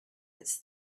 its